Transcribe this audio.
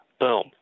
boom